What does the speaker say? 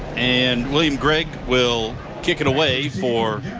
and william greig will kick it away for